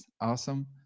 awesome